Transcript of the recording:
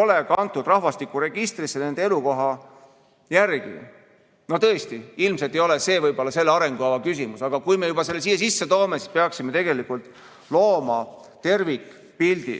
ole kantud rahvastikuregistrisse nende elukoha järgi? Tõesti, ilmselt ei ole see võib-olla selle arengukava küsimus, aga kui me selle siia juba sisse toome, siis peaksime looma tervikpildi.